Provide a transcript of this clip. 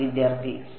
വിദ്യാർത്ഥി സം